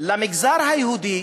למגזר היהודי